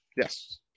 yes